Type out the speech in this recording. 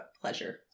pleasure